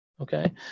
okay